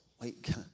wait